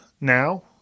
now